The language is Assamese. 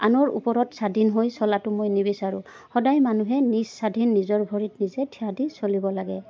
আনৰ ওপৰত স্বাধীন হৈ চলাটো মই নিবিচাৰোঁ সদায় মানুহে নিজ স্বাধীন নিজৰ ভৰিত নিজে থিয় দি চলিব লাগে